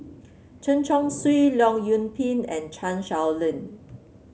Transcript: Chen Chong Swee Leong Yoon Pin and Chan Sow Lin